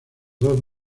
dos